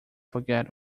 forget